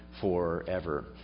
forever